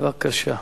בבקשה.